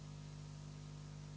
Hvala.